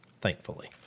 thankfully